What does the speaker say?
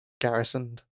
garrisoned